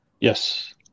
Yes